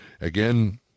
again